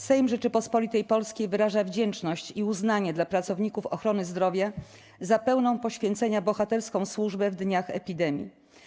Sejm Rzeczypospolitej Polskiej wyraża wdzięczność i uznanie dla pracowników ochrony zdrowia za pełną poświęcenia bohaterską służbę w dniach epidemii.